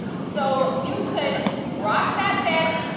so you could rock that fanny.